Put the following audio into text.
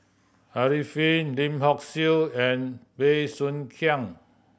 Arifin Lim Hock Siew and Bey Soo Khiang